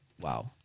Wow